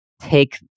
take